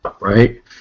Right